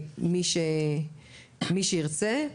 מי שירצה.